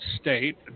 state